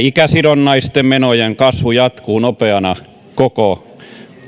ikäsidonnaisten menojen kasvu jatkuu nopeana koko